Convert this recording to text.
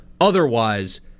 Otherwise